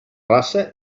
raça